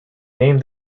named